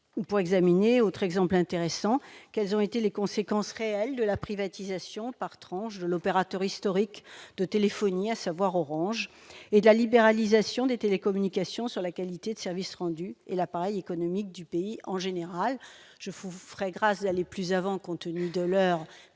pour examiner autre exemple intéressant, quels ont été les conséquences réelles de la privatisation par tranche de l'opérateur historique de téléphonie, à savoir Orange et de la libéralisation des télécommunications sur la qualité de service rendu et l'appareil économique du pays, en général,